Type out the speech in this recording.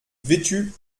vêtu